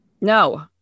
No